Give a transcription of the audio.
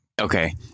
Okay